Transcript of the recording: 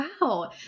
Wow